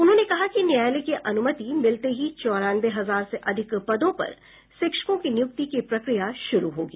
उन्होंने कहा कि न्यायालय की अनुमति मिलते ही चौरानवे हजार से अधिक पदों पर शिक्षकों की नियुक्ति की प्रक्रिया शुरु होगी